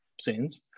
scenes